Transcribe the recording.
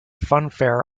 funfair